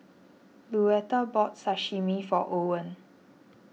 Luetta bought Sashimi for Owen